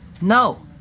No